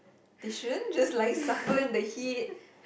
they shouldn't just like suffer in the heat